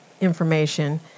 information